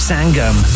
Sangam